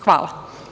Hvala.